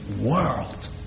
world